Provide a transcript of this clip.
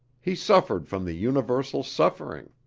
he suffered from the universal suffering.